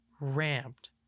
ramped